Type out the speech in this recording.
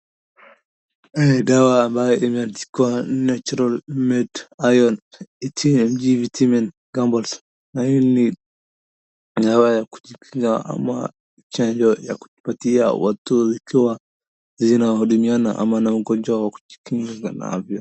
Dawa ambayo imeandikwa Natural made Iron eighteen mg vitamin gummbles . Hii ni dawa ya kujikinga ama chanjo ya kutupatia watu wakiwa zinahudumiana ama mgonjwa wa kujikinga navyo.